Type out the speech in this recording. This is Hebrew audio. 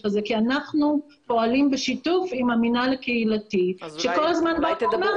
הזה כי אנחנו פועלים בשיתוף עם המינהל הקהילתי שכל הזמן תמך.